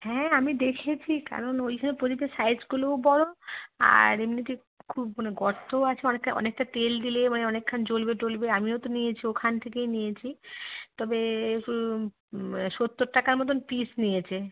হ্যাঁ আমি দেখেছি কারণ ওই সব প্রদীপের সাইজগুলোও বড়ো আর এমনিতে খুব মানে গর্তও আছে অনেকটা অনেকটা তেল ঢেলে মানে অনেকক্ষণ জ্বলবে টলবে আমিও তো নিয়েছি ওখান থেকেই নিয়েছি তবে সত্তর টাকার মতোন পিস নিয়েছে